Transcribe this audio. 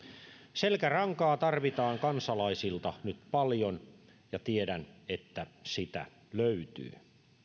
selkärankaa tarvitaan kansalaisilta nyt paljon ja tiedän että sitä löytyy